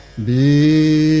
the